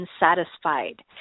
unsatisfied